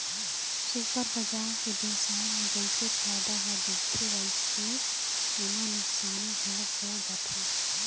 super बजार के बेवसाय म जइसे फायदा ह दिखथे वइसने एमा नुकसानी घलोक हो जाथे